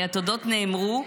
התודות נאמרו.